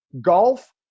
Golf